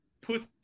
put